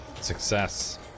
Success